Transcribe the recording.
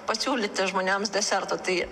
pasiūlyti žmonėms deserto tai